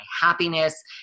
happiness